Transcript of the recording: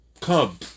Come